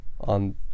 on